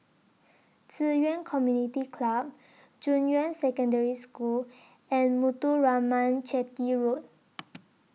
Ci Yuan Community Club Junyuan Secondary School and Muthuraman Chetty Road